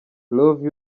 love